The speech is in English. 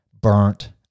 burnt